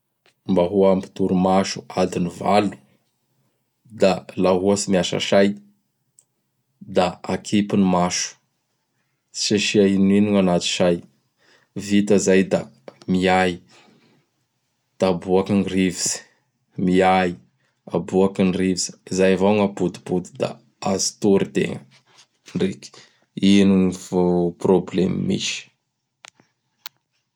Mba ho ampy torimaso adin'ny valo; da laha ohatsy miasa say; da akipy n maso. Tsy asia inonino gn anaty say. Vita izay da miay; da aboaky ny rivotsy, miay, aboaky ny rivotsy. Zay avao gn' apodipody da azotory tegna ndreky ino problemo misy.